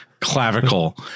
clavicle